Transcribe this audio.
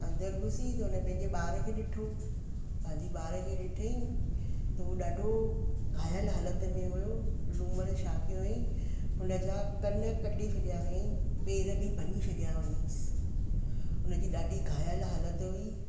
अंदरि घुसी त हुन पंहिंजे ॿार खे ॾिठो पंहिंजे ॿार खे ॾिठईं त उहो ॾाढो घायल हालति में हुयो लूमड़ छा कयो हुअईं हुनजा कन कटे छॾियां हुअईं पैर बि भंञी छॾियां हुअईं हुन जी ॾाढी घायल हालति हुई